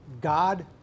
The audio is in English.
God